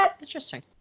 Interesting